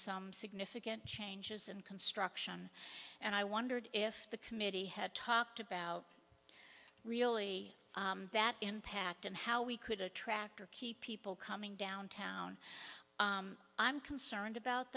some significant changes in construction and i wondered if the committee had talked about really that impact and how we could attract or keep people coming downtown i'm concerned about